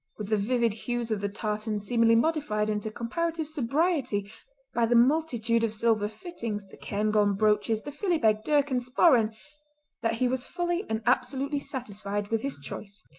with the vivid hues of the tartan seemingly modified into comparative sobriety by the multitude of silver fittings, the cairngorm brooches, the philibeg, dirk and sporran that he was fully and absolutely satisfied with his choice.